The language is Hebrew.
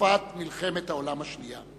בתקופת מלחמת העולם השנייה.